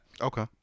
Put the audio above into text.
Okay